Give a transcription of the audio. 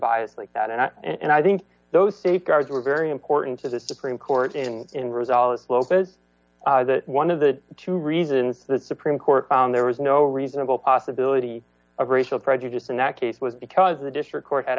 bias like that and i and i think those safeguards were very important as a supreme court and in result slope is one of the two reasons the supreme court found there was no reasonable possibility of racial prejudice in that case was because the district court had